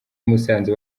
musanze